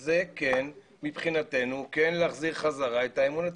אז זה מבחינתנו כן להחזיר את האמון לציבור.